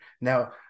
now